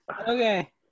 Okay